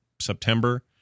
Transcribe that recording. September